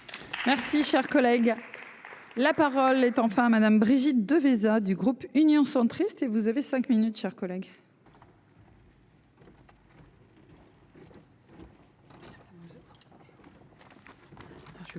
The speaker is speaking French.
Si cher collègue. La parole est enfin à madame Brigitte de visas du groupe Union centriste et vous avez 5 minutes, chers collègues.